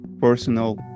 personal